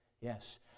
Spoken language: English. yes